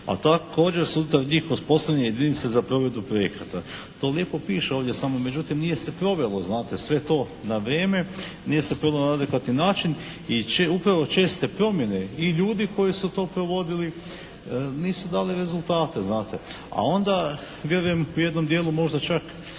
a također su unutar njih uspostavljene i jedinice za provedbu projekata. To lijepo piše ovdje. Samo međutim nije se provelo znate sve to na vrijeme. Nije se provelo na adekvatni način i upravo česte promjene i ljudi koji su to provodili nisu dali rezultate znate. A onda vjerujem u jednom dijelu možda čak